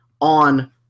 on